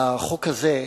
בחוק הזה,